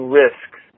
risks